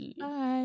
Bye